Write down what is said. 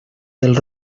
del